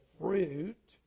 fruit